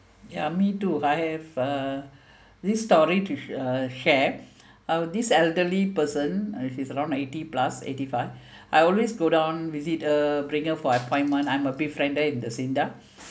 ya me too I have uh this story to uh share our this elderly person uh he's around eighty plus eighty five I always go down visit her bring her for appointment I'm a big